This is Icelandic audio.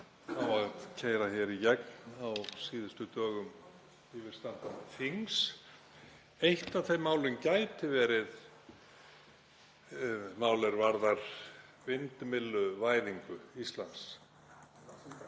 mál á að keyra í gegn á síðustu dögum yfirstandandi þings. Eitt af þeim málum gæti verið mál er varðar vindmylluvæðingu Íslands.